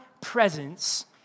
presence